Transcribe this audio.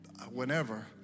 whenever